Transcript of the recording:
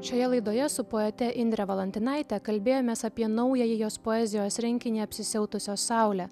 šioje laidoje su poete indre valantinaite kalbėjomės apie naująjį jos poezijos rinkinį apsisiautusios saule